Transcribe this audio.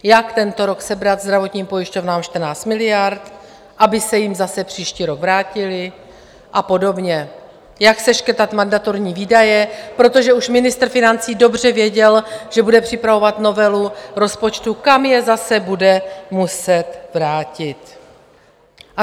Jak tento rok sebrat zdravotním pojišťovnám 14 miliard, aby se jim zase příští rok vrátily, a podobně jak seškrtat mandatorní výdaje, protože už ministr financí dobře věděl, že bude připravovat novelu rozpočtu, kam je zase bude muset vrátit.